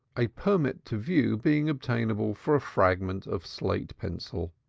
a permit to view being obtainable for a fragment of slate pencil.